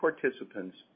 participants